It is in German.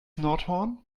nordhorn